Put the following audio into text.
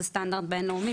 זה סטנדרט בין-לאומי,